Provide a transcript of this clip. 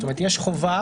כלומר יש חובה,